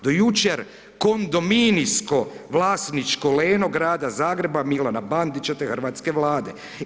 Do jučer kondomimijsko vlasničko leno Grada Zagreba Milana Bandića te hrvatske Vlade.